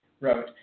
wrote